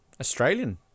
Australian